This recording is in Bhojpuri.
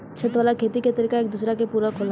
छत वाला खेती के तरीका एक दूसरा के पूरक होला